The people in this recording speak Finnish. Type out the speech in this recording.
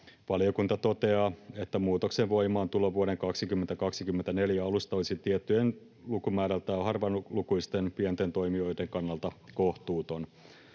Valiokunta toteaa, että muutoksen voimaantulo vuoden 2024 alusta olisi tiettyjen, lukumäärältään harvalukuisten pienten toimijoiden kannalta kohtuuton.